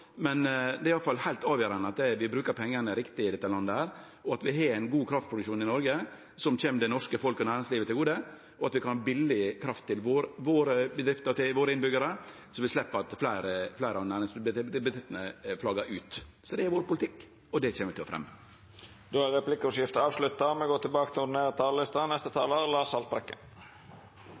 brukar pengane riktig i dette landet. Vi må ha ein god kraftproduksjon i Noreg, som kjem det norske folk og næringslivet til gode, slik at vi kan ha billig kraft til våre bedrifter og våre innbyggjarar og slepp at fleire av bedriftene flaggar ut. Det er vår politikk, og det kjem vi til å fremje. Replikkordskiftet er avslutta.